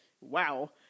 Wow